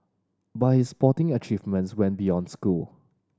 but his sporting achievements went beyond school